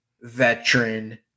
veteran